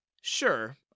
Sure